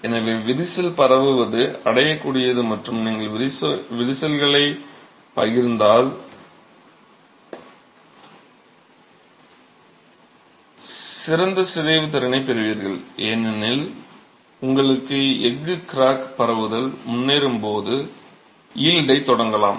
எனவே விரிசல் பரவுவது அடையக்கூடியது மற்றும் நீங்கள் விரிசல்களை பகிர்ந்தால் சிறந்த சிதைவு திறனைப் பெறுவீர்கள் ஏனெனில் உங்கள் எஃகு கிராக் பரவுதல் முன்னேறும்போது யீல்டை தொடங்கலாம்